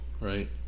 right